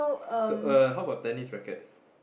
so uh how about tennis rackets